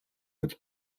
with